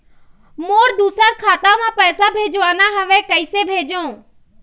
मोर दुसर खाता मा पैसा भेजवाना हवे, कइसे भेजों?